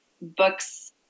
books